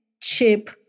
Chip